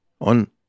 On